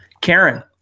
Karen